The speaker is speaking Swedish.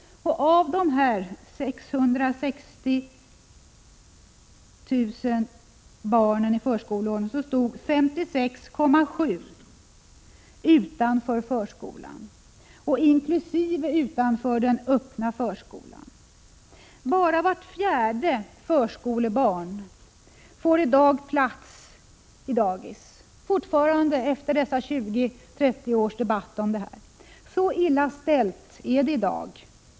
Av dessa stod 56,7 90 utanför förskolan, inkl. utanför den öppna förskolan. Bara vart fjärde förskolebarn får i dag plats i daghem - fortfarande efter 20-30 års debatt om detta. Så illa ställt är det i dag.